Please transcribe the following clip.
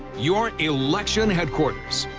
your election headquarters,